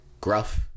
gruff